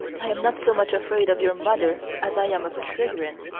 i am not so much afraid of your mother as i am of trigorin.